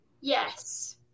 Yes